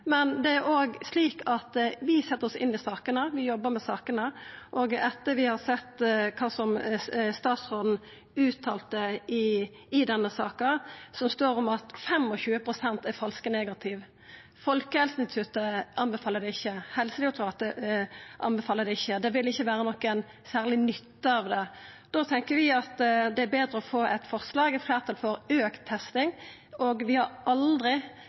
Det er slik at vi set oss inn i sakene, vi jobbar med sakene. Og etter å ha sett kva statsråden uttalte i denne saka, det som står om at 25 pst. av testane er falske negative, Folkehelseinstituttet anbefaler det ikkje, Helsedirektoratet anbefaler det ikkje, og det vil ikkje vere noko særlig nytte av det – da tenkjer vi at det er betre å få eit fleirtalsforslag for auka testing. Og vi har aldri